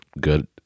good